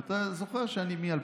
ואתה זוכר שמ-2001